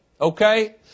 Okay